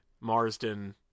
Marsden